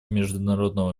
международного